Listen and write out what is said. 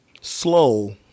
slow